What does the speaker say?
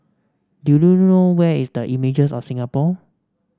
do you know where is the Images of Singapore